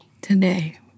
today